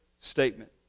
statement